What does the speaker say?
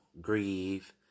grieve